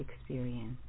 experience